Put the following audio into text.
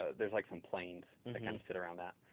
there's like some planes and that kind of sit around that.